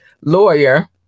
lawyer